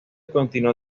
continuó